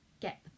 Get